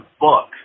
book